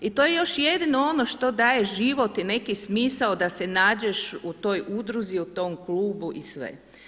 I to je još jedino ono što daje život i neki smisao da se nađeš u toj udruzi, u tom klubu i sve.